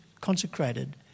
consecrated